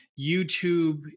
youtube